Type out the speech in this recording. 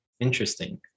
Interesting